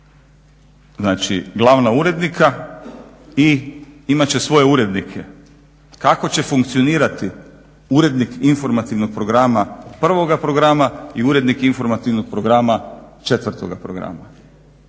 znači glavna urednika i imat će svoje urednike. Kako će funkcionirati urednik informativnog programa prvoga programa i urednik informativnog programa četvrtoga kanala.